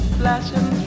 flashing